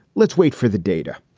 let's wait for the data.